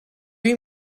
you